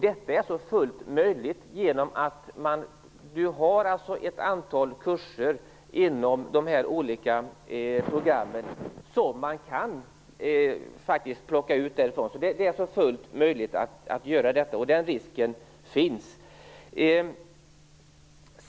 Detta är fullt möjligt genom att man har ett antal kurser inom de olika programmen som faktiskt kan plockas ut. Det är fullt möjligt att göra detta. Den risken finns.